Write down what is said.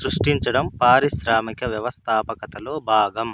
సృష్టించడం పారిశ్రామిక వ్యవస్థాపకతలో భాగం